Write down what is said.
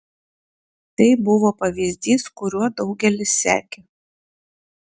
tai buvo pavyzdys kuriuo daugelis sekė